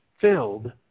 filled